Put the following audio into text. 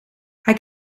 hij